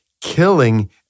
killing